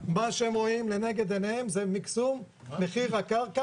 מה שהם רואים לנגד עיניהם זה מיקסום מחיר הקרקע,